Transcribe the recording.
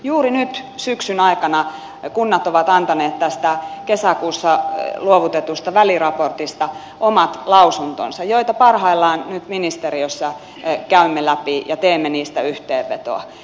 juuri nyt syksyn aikana kunnat ovat antaneet tästä kesäkuussa luovutetusta väliraportista omat lausuntonsa joita parhaillaan nyt ministeriössä käymme läpi ja teemme niistä yhteenvetoa